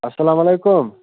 اَسَلام علیکُم